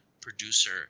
producer